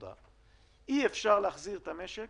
אי אפשר להחזיר את המשק